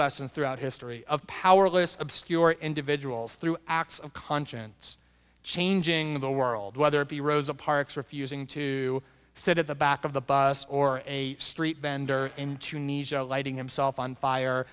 lessons throughout history of powerless obscure individuals through acts of conscience changing the world whether it be rosa parks refusing to sit at the back of the bus or a street vendor in tunisia lighting himself on fire